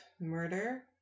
murder